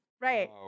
Right